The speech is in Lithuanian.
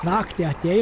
naktį atėjo